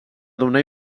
donar